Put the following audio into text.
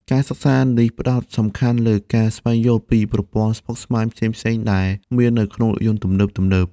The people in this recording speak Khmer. ការសិក្សានេះផ្តោតសំខាន់លើការស្វែងយល់ពីប្រព័ន្ធស្មុគស្មាញផ្សេងៗដែលមាននៅក្នុងរថយន្តទំនើបៗ។